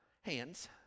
hands